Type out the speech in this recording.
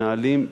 מנהלים,